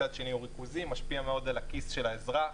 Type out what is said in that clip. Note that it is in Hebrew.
מצד שני הוא ריכוזי ומשפיע מאוד על הכיס של האזרח.